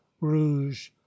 rouge